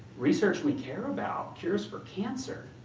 research we care about. cures for cancer.